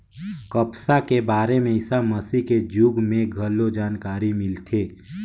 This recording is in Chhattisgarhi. कपसा के बारे में ईसा मसीह के जुग में घलो जानकारी मिलथे